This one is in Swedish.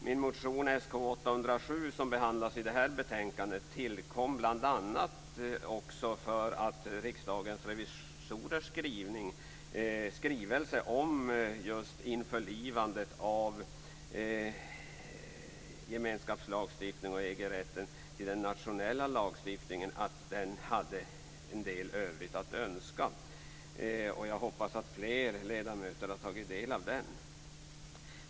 Min motion Sk807 som behandlas i det här betänkandet tillkom bl.a. för att Riksdagens revisorers skrivelse om införlivandet av gemenskapslagstiftningen och EG-rätten i den nationella lagstiftningen lämnade en del i övrigt att önska. Jag hoppas att flera ledamöter har tagit del av den.